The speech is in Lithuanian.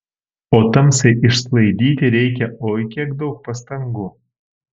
o tamsai išsklaidyti reikia oi kiek daug pastangų